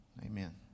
Amen